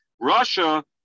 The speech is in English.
Russia